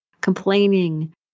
complaining